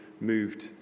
moved